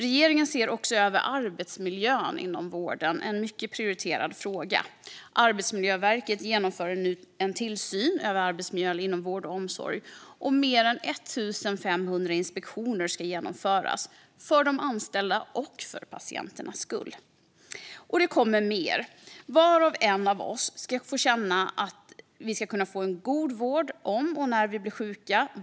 Regeringen ser också över arbetsmiljön inom vården. Det är en mycket prioriterad fråga. Arbetsmiljöverket genomför nu en tillsyn av arbetsmiljön inom vård och omsorg. Mer än 1 500 inspektioner ska genomföras för de anställdas och patienternas skull. Det kommer mer. Var och en av oss ska känna att vi ska kunna få en god vård om och när vi blir sjuka.